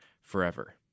forever